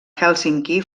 hèlsinki